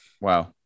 Wow